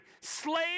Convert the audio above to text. slaves